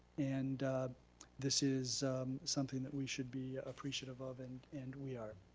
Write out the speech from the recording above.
and this is something that we should be appreciative of, and and we are.